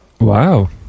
Wow